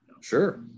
Sure